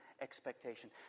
expectation